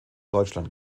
deutschland